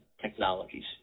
technologies